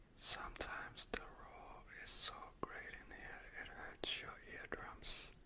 sometimes the roar ah is so great in here it hurts your eardrums.